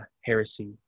heresy